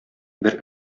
бер